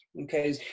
Okay